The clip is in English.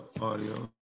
audio